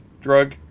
drug